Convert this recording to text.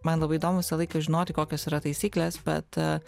man labai įdomu visą laiką žinoti kokios yra taisyklės bet